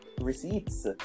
receipts